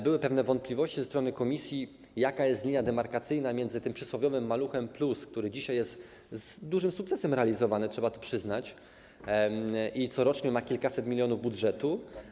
Były pewne wątpliwości ze strony Komisji, jaka jest linia demarkacyjna między „Maluchem+”, który dzisiaj jest z dużym sukcesem realizowany - trzeba to przyznać - i corocznie na kilkaset milionów budżetu.